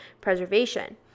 preservation